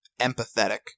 empathetic